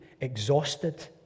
exhausted